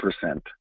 percent